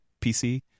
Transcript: PC